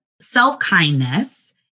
self-kindness